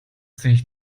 sich